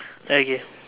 okay